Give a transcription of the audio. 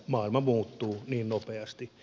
maailma muuttuu niin nopeasti